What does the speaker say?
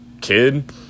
kid